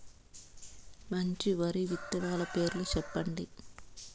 మంచి వరి విత్తనాలు పేర్లు చెప్పండి?